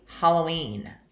Halloween